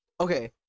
Okay